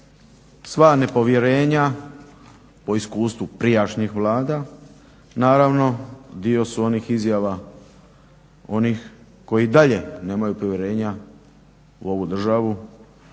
Sva povjerenja o iskustvu prijašnjih vlada naravno dio su onih izjava onih koji i dalje nemaju povjerenja u ovu državu